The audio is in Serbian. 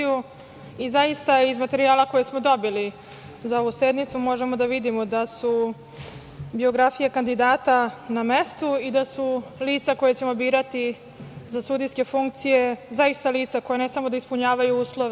i zaista iz materijala koji smo dobili za ovu sednicu možemo da vidimo da su biografije kandidata na mestu i da su lica koja ćemo birati za sudijske funkcije zaista lica koja ne samo da ispunjavaju uslove